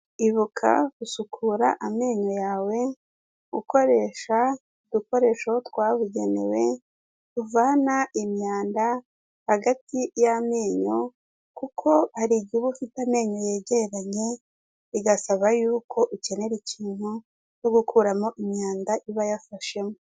Ibuka gusukura amenyo yawe ukoresha udukoresho twabugenewe tuvana imyanda hagati y'amenyo, kuko hari igihe uba ufite amenyo yegeranye bigasaba yuko ukenera ikintu cyo gukuramo imyanda iba yafashemo.